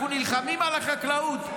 אנחנו נלחמים על החקלאות.